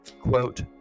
quote